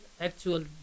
actual